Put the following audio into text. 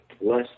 less